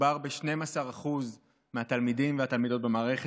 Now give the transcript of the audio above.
מדובר ב-12% מהתלמידים והתלמידות במערכת,